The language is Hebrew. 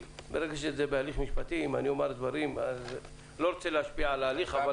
לא רוצים להשפיע על הליך משפטי שמתנהל.